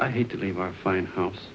i hate to leave our fine house